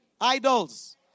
idols